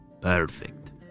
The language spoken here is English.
Perfect